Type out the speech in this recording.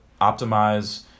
optimize